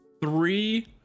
Three